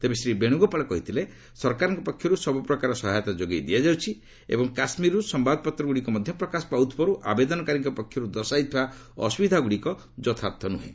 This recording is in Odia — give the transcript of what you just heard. ତେବେ ଶ୍ରୀ ବେଣୁଗୋପାଳ କହିଥିଲେ ସରକାରଙ୍କ ପକ୍ଷରୁ ସବୁ ପ୍ରକାର ସହାୟତା ଯୋଗାଇ ଦିଆଯାଉଛି ଏବଂ କାଶ୍ମୀରରୁ ସମ୍ଭାଦପତ୍ରଗୁଡ଼ିକ ମଧ୍ୟ ପ୍ରକାଶ ପାଉଥିବାରୁ ଆବେଦନକାରୀମାନଙ୍କ ପକ୍ଷରୁ ଦର୍ଶାଯାଇଥିବା ଅସୁବିଧାଗୁଡ଼ିକ ଯଥାର୍ଥ ନୁହେଁ